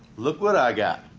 look what i got